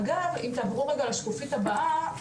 אגב, אם תעברו רגע לשקופית הבאה.